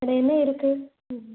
வேற என்ன இருக்குது